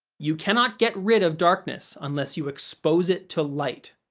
you cannot get rid of darkness unless you expose it to light,